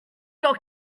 your